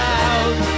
out